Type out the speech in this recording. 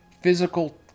physical